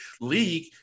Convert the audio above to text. league